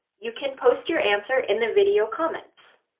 you can post your answer in the video comments.